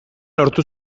lortu